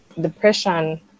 depression